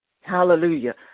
Hallelujah